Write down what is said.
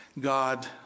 God